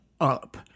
up